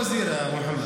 ) פשוט לא ייאמן,